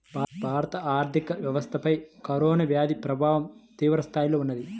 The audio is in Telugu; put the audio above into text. భారత ఆర్థిక వ్యవస్థపైన కరోనా వ్యాధి ప్రభావం తీవ్రస్థాయిలో ఉన్నది